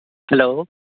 hello